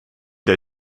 der